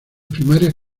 primarias